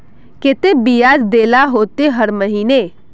केते बियाज देल ला होते हर महीने?